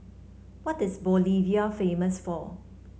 what is Bolivia famous for